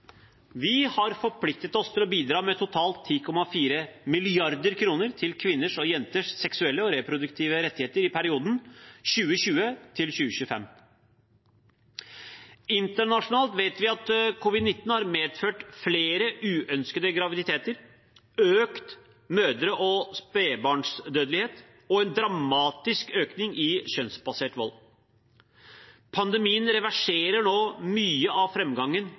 Vi har forpliktet oss til å bidra med totalt 10,4 mrd. kr til kvinners og jenters seksuelle og reproduktive rettigheter i perioden 2020–2025. Internasjonalt vet vi at covid-19 har medført flere uønskede graviditeter, økt mødre- og spedbarnsdødelighet og en dramatisk økning i kjønnsbasert vold. Pandemien reverserer nå mye av